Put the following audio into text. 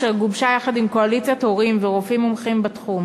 אשר גובשה יחד עם קואליציית הורים ורופאים מומחים בתחום,